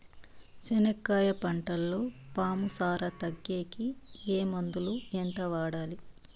చెనక్కాయ పంటలో పాము సార తగ్గేకి ఏ మందులు? ఎంత వాడాలి?